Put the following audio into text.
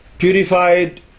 Purified